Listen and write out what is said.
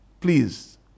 please